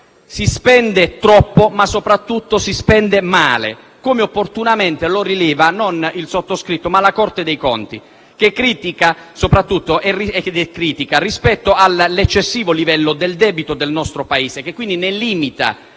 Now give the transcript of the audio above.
Si spende troppo, ma soprattutto si spende male, come opportunamente rileva non il sottoscritto, ma la Corte dei conti, critica rispetto all'eccessivo livello di debito del nostro Paese, che ne limita